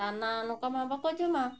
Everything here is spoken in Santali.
ᱫᱟᱱᱟ ᱱᱚᱠᱟ ᱢᱟ ᱵᱟᱠᱚ ᱡᱚᱢᱟ